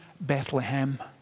Bethlehem